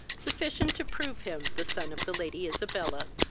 sufficient to prove him the son of the lady isabella.